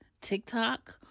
TikTok